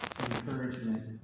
encouragement